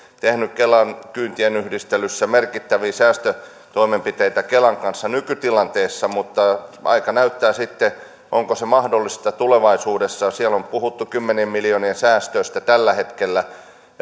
tehneet kelan kyytien yhdistelyssä merkittäviä säästötoimenpiteitä kelan kanssa nykytilanteessa mutta aika näyttää sitten onko se mahdollista tulevaisuudessa siellä on puhuttu kymmenien miljoonien säästöistä tällä hetkellä